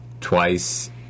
twice